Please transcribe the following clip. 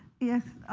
yes.